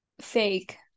fake